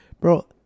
Bro